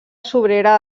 sobrera